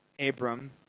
Abram